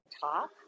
top